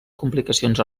complicacions